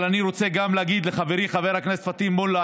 אבל אני רוצה גם להגיד לחברי חבר הכנסת פטין מולא,